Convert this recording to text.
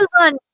on